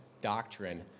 doctrine